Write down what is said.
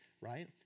right